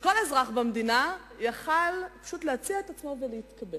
שכל אזרח במדינה יכול היה להציע את עצמו אליהם ולהתקבל.